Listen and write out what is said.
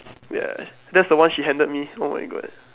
ya that's the one she handed me oh my god